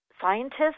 scientists